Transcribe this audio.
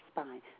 spine